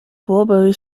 strawberry